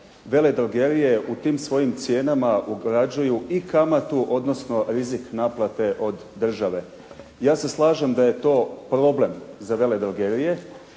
veledrogerije u tim svojim cijenama ugrađuju i kamatu odnosno rizik naplate od države. Ja se slažem da je to problem za veledrogerije